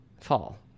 Fall